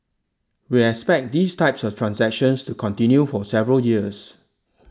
we expect these types of transactions to continue for several years